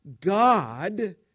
God